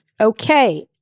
Okay